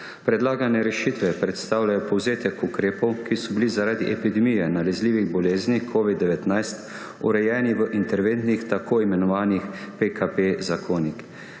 Predlagane rešitve predstavljajo povzetek ukrepov, ki so bili zaradi epidemije nalezljive bolezni covid-19 urejeni v interventnih, tako imenovanih zakonih